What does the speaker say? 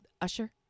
Usher